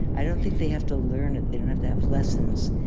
i don't think they have to learn it. they don't have to have lessons.